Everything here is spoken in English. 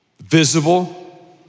visible